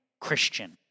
Christian